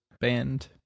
band